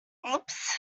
oops